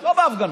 לא בהפגנות.